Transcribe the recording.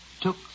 took